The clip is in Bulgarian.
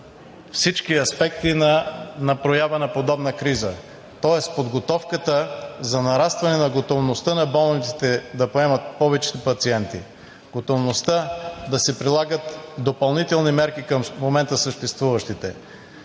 всички аспекти на проява на подобна криза, тоест подготовката за нарастване на готовността на болниците да поемат повече пациенти, готовността да се прилагат допълнителни мерки към момента – съществуващите,